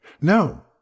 No